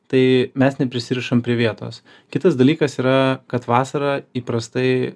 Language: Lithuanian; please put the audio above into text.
tai mes neprisirišam prie vietos kitas dalykas yra kad vasarą įprastai